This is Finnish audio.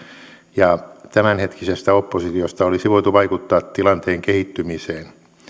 ja tämänhetkisestä oppositiosta olisi voitu vaikuttaa tilanteen kehittymiseen